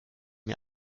mir